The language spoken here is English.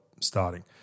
starting